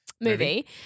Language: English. movie